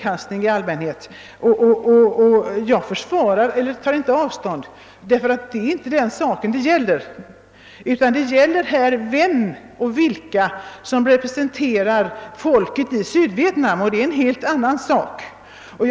kastning, men det är inte detta frågan gäller. Här gäller det vem eller vilka som representerar folket i Sydvietnam, och det är någonting helt annat.